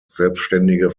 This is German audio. selbständige